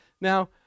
now